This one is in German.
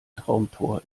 traumtor